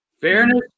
Fairness